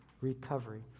recovery